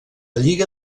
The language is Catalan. lliga